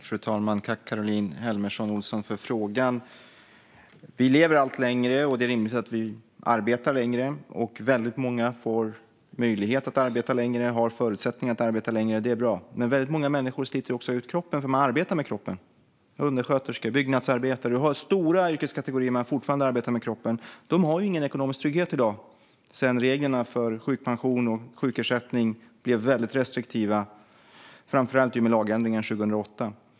Fru talman! Tack, Caroline Helmersson Olsson, för frågan! Vi lever allt längre, och det är rimligt att vi arbetar längre. Väldigt många får möjlighet att arbeta längre och har förutsättningar att arbeta längre, och det är bra. Men väldigt många människor sliter ut kroppen därför att de arbetar med kroppen. Undersköterskor, byggnadsarbetare - vi har stora yrkeskategorier där man fortfarande arbetar med kroppen. Dessa människor har ingen ekonomisk trygghet sedan reglerna för sjukpension och sjukersättning blev väldigt restriktiva, framför allt genom lagändringar 2008.